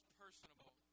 personable